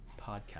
podcast